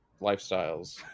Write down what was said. lifestyles